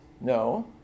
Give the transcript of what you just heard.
no